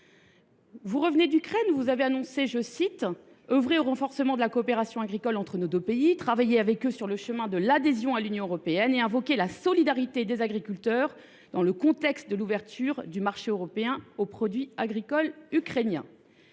Vous revenez d’Ukraine, où vous avez annoncé œuvrer au « renforcement de la coopération agricole entre nos deux pays » et travailler avec cet État sur le chemin de son adhésion à l’Union européenne et invoqué la « solidarité » des agriculteurs dans le contexte de « l’ouverture du marché européen aux produits agricoles ukrainiens ».